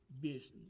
business